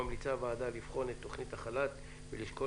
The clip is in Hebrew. ממליצה הוועדה לבחון את תוכנית החל"ת ולשקול